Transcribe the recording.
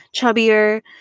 chubbier